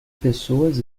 pessoas